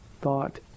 thought